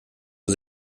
nur